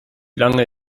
lange